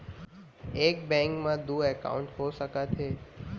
एक बैंक में दू एकाउंट हो सकत हे?